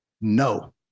no